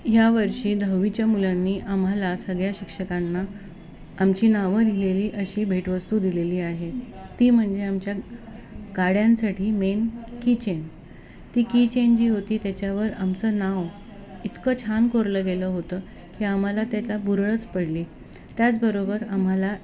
या वर्षी दहावीच्या मुलांनी आम्हाला सगळ्या शिक्षकांना आमची नावं लिहिलेली अशी भेटवस्तू दिलेली आहे ती म्हणजे आमच्या गाड्यांसाठी मेन किचेन ती किचेन जी होती त्याच्यावर आमचं नाव इतकं छान कोरलं गेलं होतं की आम्हाला त्याची भुरळच पडली त्याचबरोबर आम्हाला